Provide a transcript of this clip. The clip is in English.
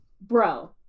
bro